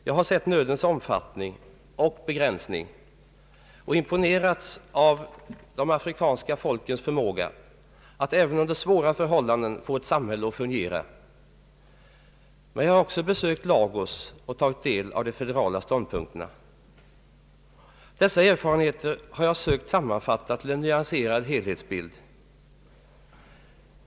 Jag har sett nödens omfattning och begränsning och imponerats av de afrikanska folkens förmåga att även under svåra förhållanden få ett samhälle att fungera. Men jag har också besökt Lagos och tagit del av de federala ståndpunkterna. Dessa erfarenheter har jag sökt sammanfatta till en nyanserad helhetsbild.